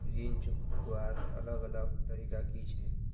ऋण चुकवार अलग अलग तरीका कि छे?